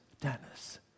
Dennis